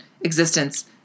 existence